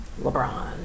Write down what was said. LeBron